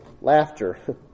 laughter